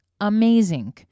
amazing